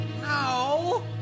No